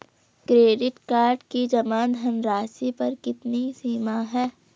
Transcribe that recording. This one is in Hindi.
क्रेडिट कार्ड की जमा धनराशि पर कितनी सीमा है?